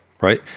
right